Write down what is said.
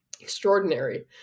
extraordinary